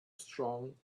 strong